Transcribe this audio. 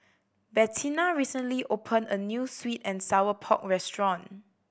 Bettina recently opened a new sweet and sour pork restaurant